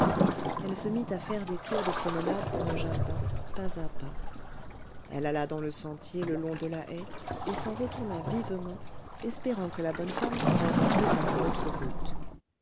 elle se mit à faire des tours de promenade dans le jardin pas à pas elle alla dans le sentier le long de la haie et s'en retourna vivement espérant que la bonne femme serait rentrée par une autre route